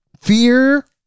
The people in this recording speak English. Fear